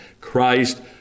Christ